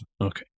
Okay